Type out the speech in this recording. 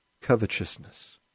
covetousness